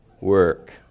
work